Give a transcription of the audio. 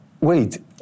wait